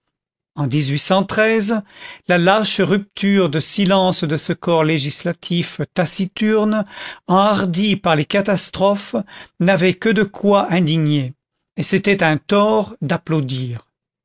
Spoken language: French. en la lâche rupture de silence de ce corps législatif taciturne enhardi par les catastrophes n'avait que de quoi indigner et c'était un tort d'applaudir